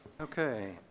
Okay